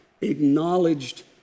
acknowledged